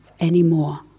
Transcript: anymore